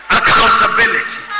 accountability